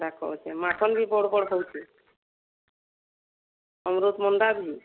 ହେଟା କହୁଛେଁ ମାଖନ୍ ବି ବଡ଼ ବଡ଼ ହେଉଛେ ଅମୃତଭଣ୍ଡା ବି